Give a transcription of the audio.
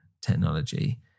technology